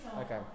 Okay